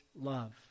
love